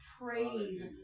praise